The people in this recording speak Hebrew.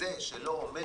לזה שלא עומד